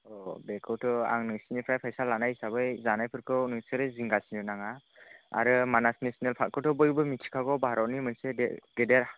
बेखौथ' आं नोंसिनिफ्राइ फैसा लानाय हिसाबै जानाय फोरखौ नोंसोरो जिंगासिनो नाङा आरो मानास नेसनेल पार्क खौथ' बयबो मिन्थि खागौ भारतनि मोनसे गेदेर